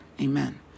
Amen